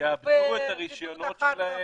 יכול להיות שעוד לא נראה נהירה,